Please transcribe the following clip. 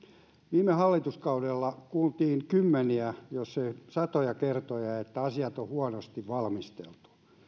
viime hallituskaudella kuultiin kymmeniä jos ei satoja kertoja että asiat ovat huonosti valmisteltuja